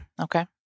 Okay